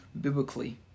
biblically